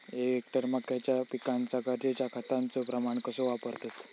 एक हेक्टर मक्याच्या पिकांका गरजेच्या खतांचो प्रमाण कसो वापरतत?